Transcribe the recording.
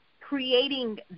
creating